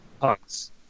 punks